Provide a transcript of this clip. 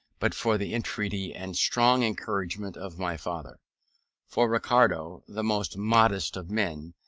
but for the entreaty and strong encouragement of my father for ricardo, the most modest of men,